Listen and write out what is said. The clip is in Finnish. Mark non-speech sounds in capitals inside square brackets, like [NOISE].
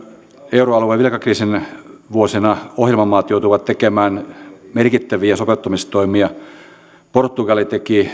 euroalueen velkakriisin vuosina ohjelmamaat joutuivat tekemään merkittäviä sopeutustoimia portugali teki [UNINTELLIGIBLE]